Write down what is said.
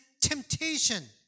temptation